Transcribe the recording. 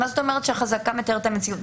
מה זאת אומרת שהחזקה מתארת את המציאות?